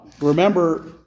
Remember